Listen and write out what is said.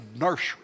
nursery